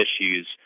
issues